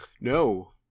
No